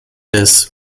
des